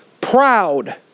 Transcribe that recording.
proud